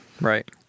Right